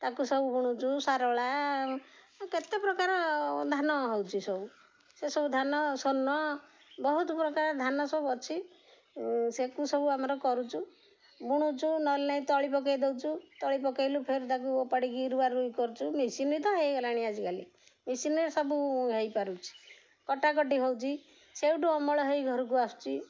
ତାକୁ ସବୁ ବୁଣୁଛୁ ସାରଳା କେତେ ପ୍ରକାର ଧାନ ହେଉଛି ସବୁ ସେସବୁ ଧାନ ସ୍ଵର୍ଣ୍ଣ ବହୁତ ପ୍ରକାର ଧାନ ସବୁ ଅଛି ସେକୁ ସବୁ ଆମର କରୁଛୁ ବୁଣୁଛୁ ନହେଲେ ନାଇ ତଳି ପକାଇ ଦେଉଛୁ ତଳି ପକାଇଲୁ ଫେର ତାକୁ ଓପାଡ଼ିକି ରୁଆ ରୁଇ କରୁଛୁ ମେସିନ୍ ତ ହେଇଗଲାଣି ଆଜିକାଲି ମିସିନ୍ରେ ସବୁ ହେଇପାରୁଛି କଟାକଟି ହେଉଛି ସେଉଠୁ ଅମଳ ହେଇ ଘରକୁ ଆସୁଛି